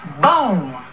Boom